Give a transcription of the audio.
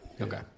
Okay